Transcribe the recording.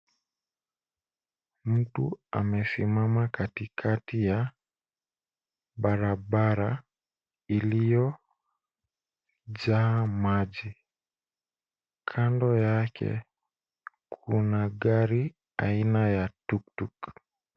Mtu amesimama katikati ya barabara iliyojaa maji. Kando yake kuna gari aina ya tuktuk.